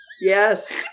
Yes